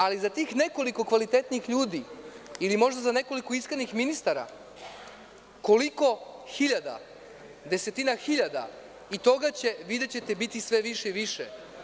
Ali, za tih nekoliko kvalitetnih ljudi ili možda za nekoliko iskrenih ministara, koliko hiljada, desetina hiljada i toga će biti sve više i više.